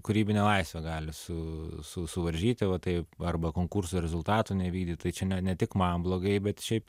kūrybinę laisvę gali su su suvaržyti vat taip arba konkurso rezultatų nevykdyt tai čia ne ne tik man blogai bet šiaip